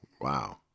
Wow